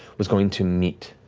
was going to meet.